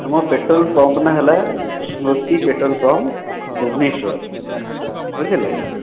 ଆମ petrol pump ନାଁ ହେଲା ସ୍ମୃତି ପେଟ୍ରୋଲ୍ ପମ୍ପ ଭୁବନେଶ୍ଵର ବୁଝିଲେ